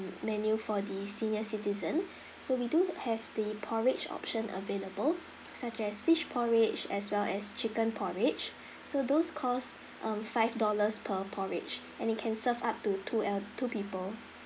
menu for the senior citizen so we do have the porridge option available such as fish porridge as well as chicken porridge so those cost um five dollars per porridge and it can serve up to two el~ two people